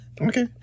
Okay